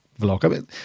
vlog